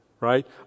Right